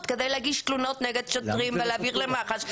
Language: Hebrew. כדי להגיש תלונות נגד שוטרים ולהעביר למח"ש.